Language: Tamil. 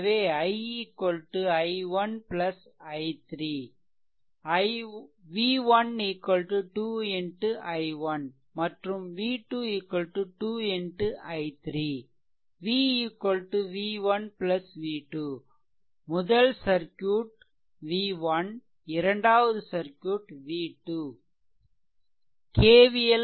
எனவே i i1 i3 v1 2 i1 மற்றும் v2 2 i3 v v1 v2 முதல் சர்க்யூட் v1 இரண்டாவது சர்க்யூட் V2